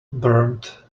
burned